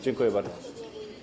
Dziękuję bardzo.